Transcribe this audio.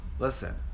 Listen